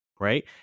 right